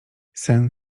sen